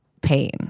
pain